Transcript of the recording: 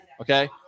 Okay